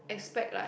expect like